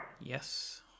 Yes